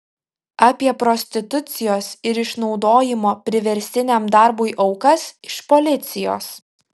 apie prostitucijos ir išnaudojimo priverstiniam darbui aukas iš policijos